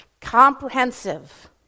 comprehensive